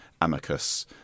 amicus